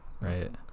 Right